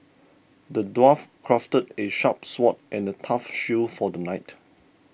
the dwarf crafted a sharp sword and a tough shield for the knight